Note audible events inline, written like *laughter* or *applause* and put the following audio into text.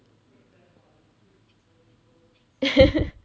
*laughs*